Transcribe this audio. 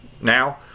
now